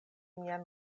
mian